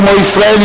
כמו ישראל,